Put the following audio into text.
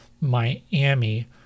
Miami